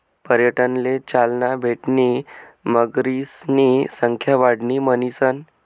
पर्यटनले चालना भेटणी मगरीसनी संख्या वाढणी म्हणीसन